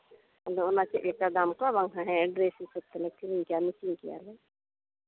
ᱟᱫᱚ ᱚᱱᱟ ᱪᱮᱫ ᱞᱮᱠᱟ ᱫᱟᱢ ᱛᱚ ᱰᱨᱮᱥ ᱦᱤᱥᱟᱹᱵᱽ ᱛᱮᱞᱮ ᱠᱤᱨᱤᱧ ᱠᱮᱭᱟ ᱢᱮᱪᱤᱝ ᱠᱮᱭᱟᱞᱮ